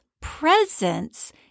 presence